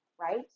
right